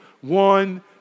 one